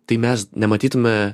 tai mes nematytume